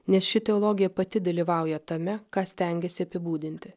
nes ši teologija pati dalyvauja tame ką stengiasi apibūdinti